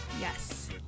Yes